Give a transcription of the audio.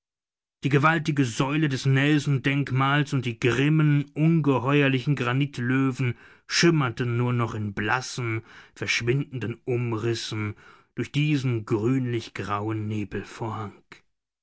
die gewaltige säule des nelsondenkmals und die grimmen ungeheuerlichen granitlöwen schimmerten nur noch in blassen verschwindenden umrissen durch diesen grünlich grauen